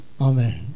Amen